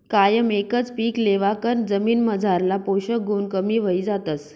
कायम एकच पीक लेवाकन जमीनमझारला पोषक गुण कमी व्हयी जातस